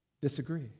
disagree